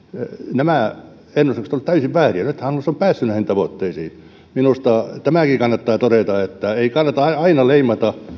nämä ennustukset olivat täysin vääriä nythän hallitus on päässyt näihin tavoitteisiin minusta tämäkin kannattaa todeta että ei kannata aina aina leimata